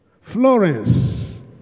Florence